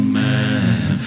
man